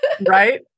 Right